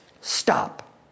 Stop